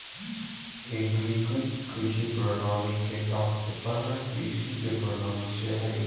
एग्रीकृत कृषि प्रणाली के तात्पर्य कृषि के प्रणाली से हइ